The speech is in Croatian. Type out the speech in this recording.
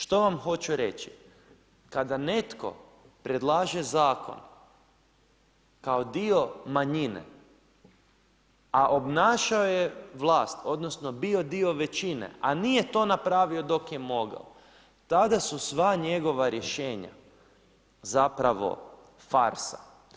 Što vam hoću reći, kada netko predlaže zakon kao dio manjine, a obnašao je vlast odnosno bio dio većine, a nije to napravio dok je mogao tada su sva njegova rješenja farsa.